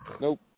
Nope